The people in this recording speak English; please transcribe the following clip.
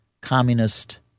communist